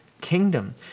kingdom